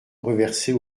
reversée